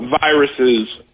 viruses